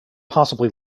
possibly